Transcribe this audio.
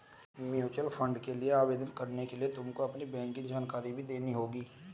mutual fund के लिए आवेदन करने के लिए तुमको अपनी बैंक की जानकारी भी देनी होगी